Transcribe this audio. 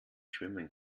schwimmen